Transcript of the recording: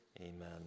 Amen